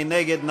מי נגד?